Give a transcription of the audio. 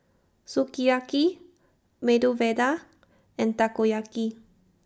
Sukiyaki Medu Vada and Takoyaki